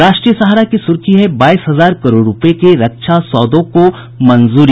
राष्ट्रीय सहारा की सुर्खी है बाईस हजार करोड़ रूपये के रक्षा सौदे को मंजूरी